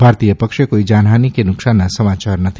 ભારતીય પક્ષે કોઇ જાનહાની કે નુકસાનના સમાચાર નથી